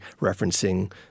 referencing